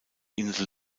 insel